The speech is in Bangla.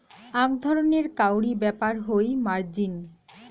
আক ধরণের কাউরী ব্যাপার হই মার্জিন